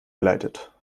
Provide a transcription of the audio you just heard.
geleitet